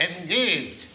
engaged